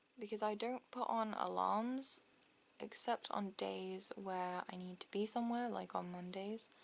because i don't put on alarms except on days where i need to be somewhere like on mondays.